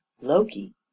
loki